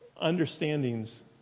understandings